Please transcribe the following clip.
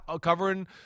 covering